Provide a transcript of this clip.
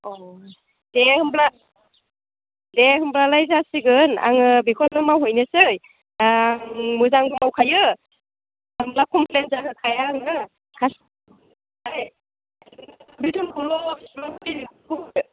अ दे होमब्ला दे होमब्लालाय जासिगोन आङो बेखौनो मावहैनोसै आं मोजां मावखायो मानोना कमप्लेन जाहोखाया आङो कास्टमारनिफ्राय बेथनखौल'